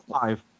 five